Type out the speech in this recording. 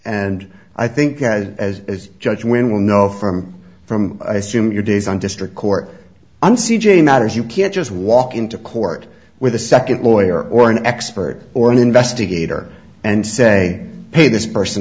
and i think i as a judge when will no firm from i assume your days on district court on c j matters you can't just walk into court with a second lawyer or an expert or an investigator and say hey this person